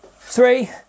three